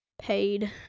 paid